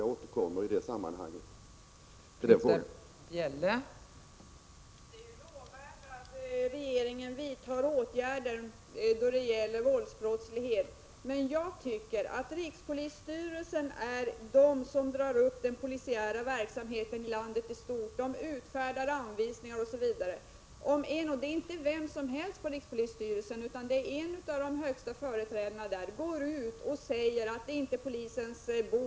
Jag återkommer i detta sammanhang till den aktuella frågeställningen.